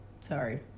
Sorry